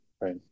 right